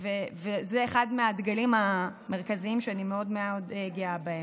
זה אחד מהדגלים המרכזיים שאני מאוד מאוד גאה בהם.